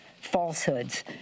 falsehoods